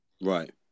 Right